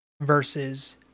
versus